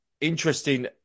interesting